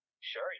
Sure